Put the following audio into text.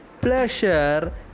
pleasure